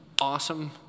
awesome